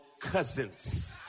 Cousins